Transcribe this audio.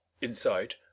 inside